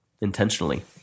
intentionally